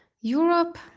Europe